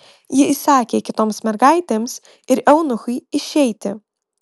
ji įsakė kitoms mergaitėms ir eunuchui išeiti